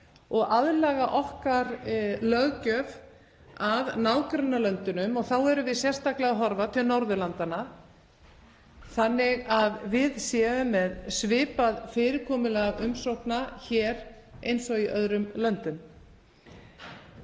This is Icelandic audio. og aðlaga löggjöf okkar að nágrannalöndunum, þá erum við sérstaklega að horfa til Norðurlandanna, þannig að við séum með svipað fyrirkomulag umsókna hér eins og í öðrum löndum.